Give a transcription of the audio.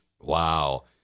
Wow